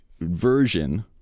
version